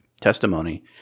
testimony